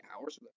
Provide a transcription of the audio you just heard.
hours